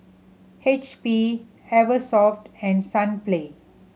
H P Eversoft and Sunplay